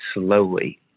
slowly